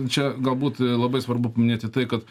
čia galbūt labai svarbu paminėti tai kad